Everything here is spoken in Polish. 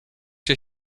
się